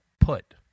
put